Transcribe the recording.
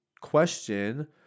question